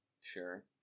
Sure